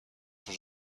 son